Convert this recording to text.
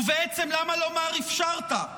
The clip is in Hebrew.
ובעצם, למה לומר "אפשרת"?